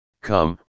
come